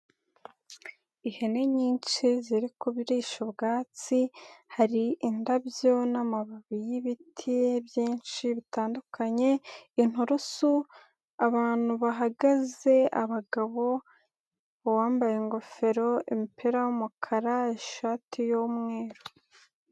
Ihene nyinshi ziri kurisha ubwatsi, hari indabyo n'amababi y'ibiti byinshi bitandukanye, inturusu, abantu bahagaze abagabo, uwambaye ingofero umipira w'umukara, ishati y'umweru.